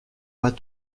pas